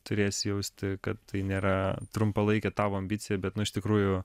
turės jausti kad tai nėra trumpalaikė tavo ambicija bet nu iš tikrųjų